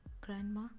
Grandma